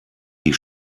die